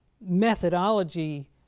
methodology